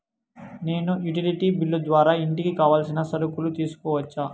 నేను utility bill ద్వారా ఇంటికి కావాల్సిన సరుకులు తీసుకోవచ్చా?